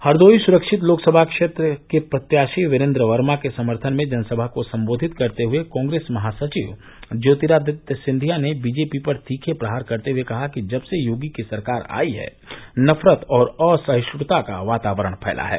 हरदोई सुरक्षित लोकसभा क्षेत्र के प्रत्याशी वीरेन्द्र वर्मों के समर्थन में जनसभा को संबोधित करते हुए कांग्रेसी महासचिव ज्योतिरादित्य सिंधिया ने बीजेपी पर किए तीखे प्रहार करते हुए कहा कि जब से योगी की सरकार आई है नफरत और असहिष्णुता का वातावरण फैला है